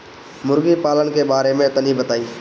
मुर्गी पालन के बारे में तनी बताई?